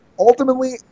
Ultimately